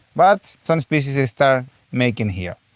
but some species are start making here.